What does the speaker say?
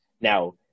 Now